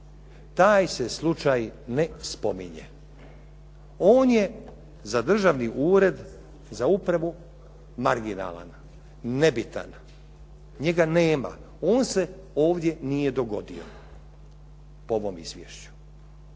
Taj se slučaj ne spominje. On je za državni ured, za upravu marginalan. Nebitan. Njega nema. On se ovdje nije dogodio po ovom izvješću